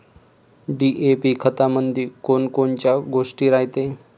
DAP खतामंदी कोनकोनच्या गोष्टी रायते?